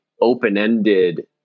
open-ended